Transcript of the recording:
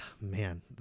man